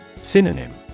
Synonym